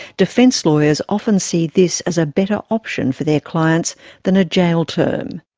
defence lawyers often see this as a better option for their clients than a jail term.